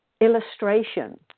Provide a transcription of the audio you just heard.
illustration